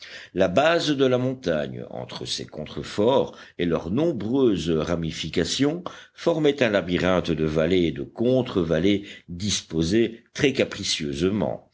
la base de la montagne entre ses contreforts et leurs nombreuses ramifications formait un labyrinthe de vallées et de contre vallées disposé